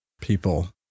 people